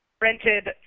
rented